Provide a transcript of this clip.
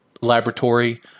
laboratory